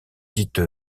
dite